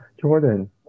Jordan